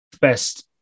best